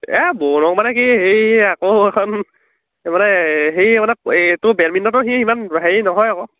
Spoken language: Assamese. মানে হেৰি আকৌ এইখন এই মানে হেৰি মানে এইটো বেডমিণ্টতো সি ইমান হেৰি নহয় আকৌ